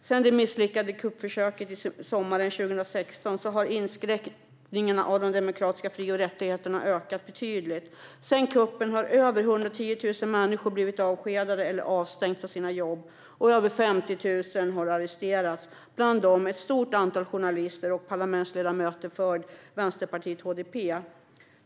Sedan det misslyckade kuppförsöket sommaren 2016 har inskränkningarna av de demokratiska fri och rättigheterna ökat betydligt. Sedan kuppen har över 110 000 människor blivit avskedade eller avstängda från sina jobb och över 50 000 har arresterats, bland dem ett stort antal journalister och parlamentsledamöter för vänsterpartiet HDP.